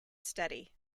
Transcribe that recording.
study